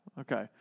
Okay